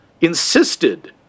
insisted